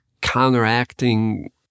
counteracting